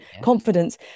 confidence